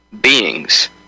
beings